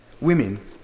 Women